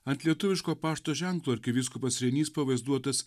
ant lietuviško pašto ženklo arkivyskupas reinys pavaizduotas